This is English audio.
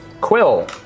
Quill